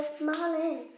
marlin